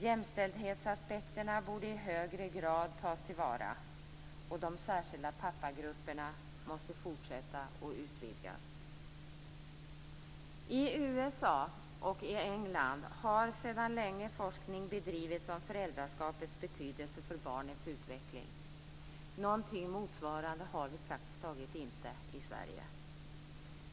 Jämställdhetsaspekterna borde i högre grad tas till vara. De särskilda pappagrupperna måste fortsätta och utvidgas. I USA och England har sedan länge forskning bedrivits om föräldraskapets betydelse för barnens utveckling. Någonting motsvarande har vi praktiskt taget inte i Sverige.